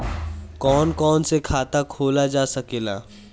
कौन कौन से खाता खोला जा सके ला?